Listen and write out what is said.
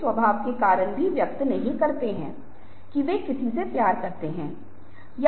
हम दृश्यों के साथ बातचीत कर सकते हैं और दृश्य एनिमेटेड हो सकता है इसके लिए एक अतिरिक्त आयाम प्राप्त कर सकता है